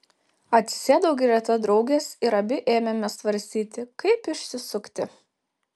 atsisėdau greta draugės ir abi ėmėme svarstyti kaip išsisukti